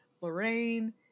Lorraine